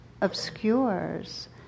obscures